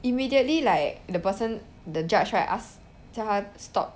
immediately like the person the judge right ask 叫他 stop